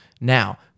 Now